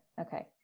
Okay